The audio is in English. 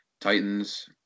Titans